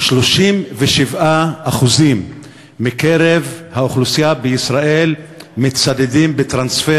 37% מקרב האוכלוסייה בישראל מצדדים בטרנספר